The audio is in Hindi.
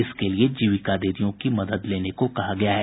इसके लिए जीविका दीदीयों की मदद लेने को कहा गया है